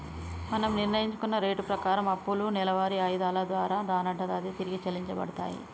మనం నిర్ణయించుకున్న రేటు ప్రకారం అప్పులు నెలవారి ఆయిధాల దారా దానంతట అదే తిరిగి చెల్లించబడతాయి